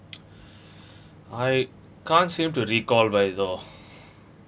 I can't seem to recall by though